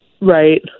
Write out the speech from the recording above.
Right